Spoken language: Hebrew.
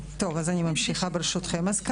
ממשיכה, ברשותכם.